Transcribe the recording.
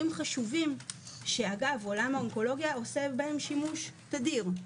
חשובים שעולם האונקולוגיה עושה בהם שימוש תדיר.